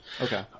Okay